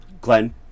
Glenn